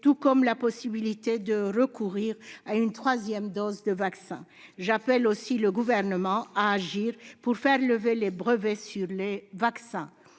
sur la possibilité de recourir à une troisième dose de vaccin. J'appelle aussi le Gouvernement à agir pour faire lever les brevets sur les vaccins.